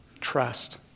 trust